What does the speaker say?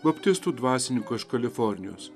baptistų dvasininko iš kalifornijos